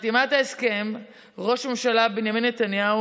חתימת ההסכם בין ראש הממשלה בנימין נתניהו